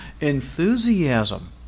enthusiasm